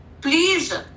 Please